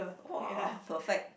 !wow! perfect